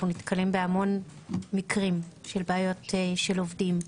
נתקלים בהמון מקרים של בעיות של עובדים.